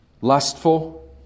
lustful